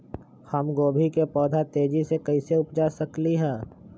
हम गोभी के पौधा तेजी से कैसे उपजा सकली ह?